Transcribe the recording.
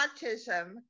autism